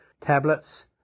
tablets